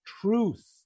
Truth